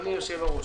אדוני יושב-הראש,